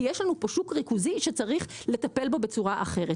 כי יש לנו פה שוק מאוד ריכוזי לטפל בו בצורה אחרת,